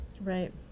right